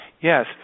yes